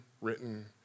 written